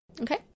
okay